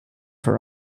her